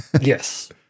Yes